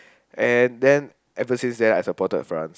and then ever since then I supported France